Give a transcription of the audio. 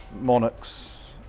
monarchs